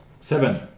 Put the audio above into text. Seven